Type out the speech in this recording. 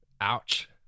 Ouch